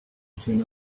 between